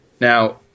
Now